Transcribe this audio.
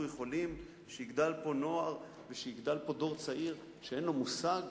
אנחנו יכולים שיגדל פה נוער ושיגדל פה דור צעיר שאין לו מושג?